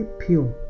pure